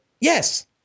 yes